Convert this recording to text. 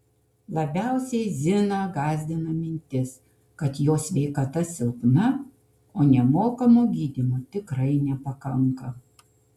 labiausiai ziną gąsdina mintis kad jos sveikata silpna o nemokamo gydymo tikrai nepakanka